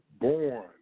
born